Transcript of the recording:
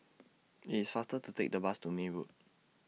IT IS faster to Take The Bus to May Road